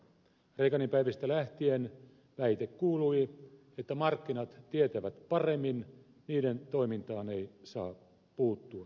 reaganin päivistä lähtien väite kuului että markkinat tietävät paremmin niiden toimintaan ei saa puuttua